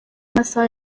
amasaha